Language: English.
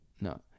no